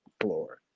floor